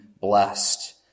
blessed